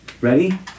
Ready